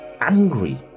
angry